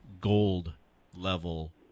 gold-level